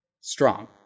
strong